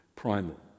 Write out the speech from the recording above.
primal